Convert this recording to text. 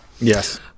Yes